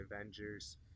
Avengers